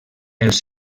els